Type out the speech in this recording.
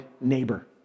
neighbor